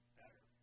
better